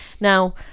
now